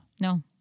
No